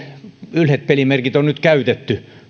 yhdet pelimerkit on käytetty